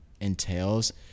entails